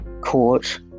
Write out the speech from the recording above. Court